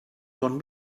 ton